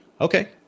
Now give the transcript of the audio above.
Okay